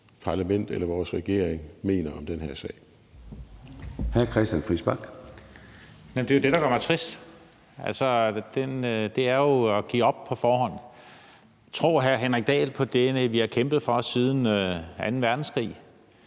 parlament eller vores regering mener om den her sag.